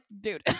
dude